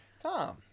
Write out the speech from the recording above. Tom